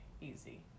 easy